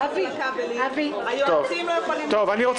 אני מבקש